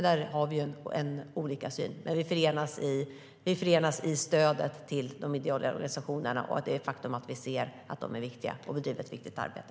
Där har vi olika syn, men vi förenas i stödet till de ideella organisationerna och det faktum att vi ser att de är viktiga och bedriver ett viktigt arbete.